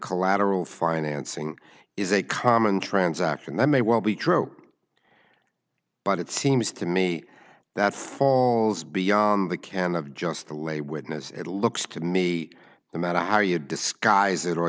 collateral financing is a common transaction that may well be true but it seems to me that falls beyond the can of just a lay witness it looks to me the matter how you disguise it or